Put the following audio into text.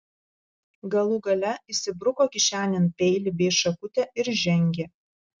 galų gale įsibruko kišenėn peilį bei šakutę ir žengė